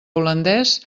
holandès